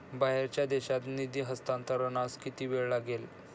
बाहेरच्या देशात निधी हस्तांतरणास किती वेळ लागेल?